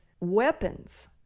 weapons